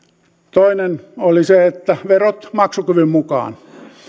toinen oli se että verot maksukyvyn mukaan